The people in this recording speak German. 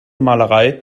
malerei